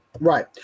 right